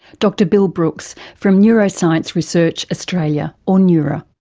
dr bill brooks from neuroscience research australia or neura.